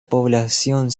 población